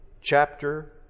chapter